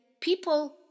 people